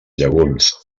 llegums